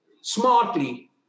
smartly